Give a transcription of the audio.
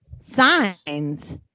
signs